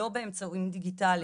לא באמצעים דיגיטליים,